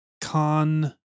con